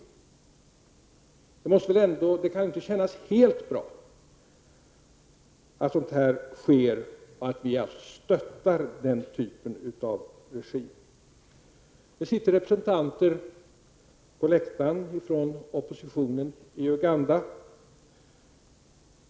Det kan ju inte kännas helt bra att sådant sker, att vi stöttar den typen av regim. Det sitter på läktaren representanter för oppositionen i Uganda.